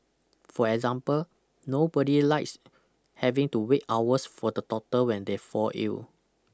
for example nobody likes having to wait hours for the doctor when they fall ill